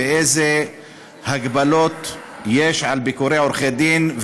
ואיזה הגבלות יש על ביקורי עורכי-דין.